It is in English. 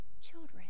children